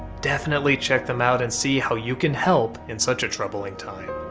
definitely check them out and see how you can help in such a troubling time.